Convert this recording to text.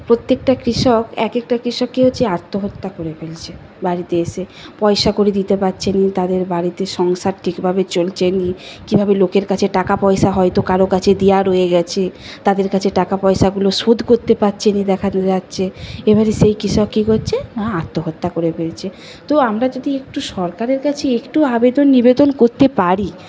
প্রত্যেকটা কৃষক এক একটা কৃষক কি হচ্ছে আত্মহত্যা করে ফেলছে বাড়িতে এসে পয়সাকড়ি দিতে পারছে না তাদের বাড়িতে সংসার ঠিকভাবে চলছে না কীভাবে লোকের কাছে টাকাপয়সা হয়তো কারো কাছে দেওয়া রয়ে গেছে তাদের কাছে টাকাপয়সাগুলো শোধ করতে পারছে না দেখা যাচ্ছে এবারে সেই কৃষক কি করছে না আত্মহত্যা করে ফেলছে তো আমরা যদি একটু সরকারের কাছে একটু আবেদন নিবেদন করতে পারি